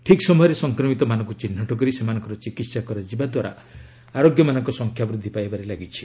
ଠିକ୍ ସମୟରେ ସଂକ୍ରମିତମାନଙ୍କୁ ଚିହ୍ନଟ କରି ସେମାନଙ୍କର ଚିକିତ୍ସା କରାଯିବା ଦ୍ୱାରା ଆରୋଗ୍ୟମାନଙ୍କ ସଂଖ୍ୟା ବୃଦ୍ଧି ପାଇବାରେ ଲାଗିଛି